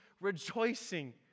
rejoicing